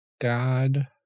god